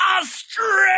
Australia